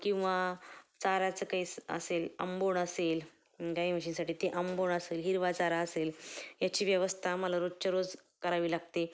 किंवा चाराचं काही असं असेल आंबोण असेल गाई म्हशींसाठी ती आंबोण असेल हिरवा चारा असेल याची व्यवस्था आम्हाला रोजच्या रोज करावी लागते